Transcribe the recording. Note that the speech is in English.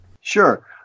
Sure